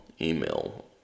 email